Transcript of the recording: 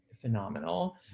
phenomenal